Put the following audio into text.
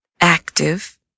active